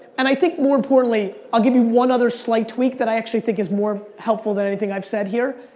and i think more importantly i'll give you one other slight tweak that i actually think is more helpful than anything else i've said here,